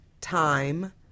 time